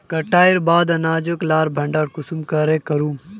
कटाईर बाद अनाज लार भण्डार कुंसम करे करूम?